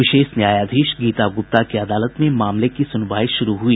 विशेष न्यायाधीश गीता गुप्ता की अदालत में मामले की सुनवाई शुरू हुई